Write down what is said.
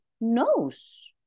knows